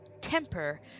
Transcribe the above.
temper